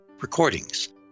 recordings